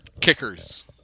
kickers